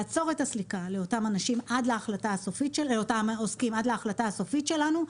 לעצור את הסליקה לאותם עוסקים עד להחלטה הסופית שלנו.